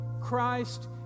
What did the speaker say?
Christ